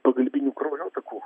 pagalbinių kraujotakų